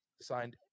signed